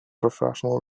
professional